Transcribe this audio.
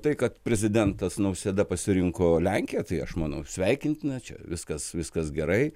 tai kad prezidentas nausėda pasirinko lenkiją tai aš manau sveikintina čia viskas viskas gerai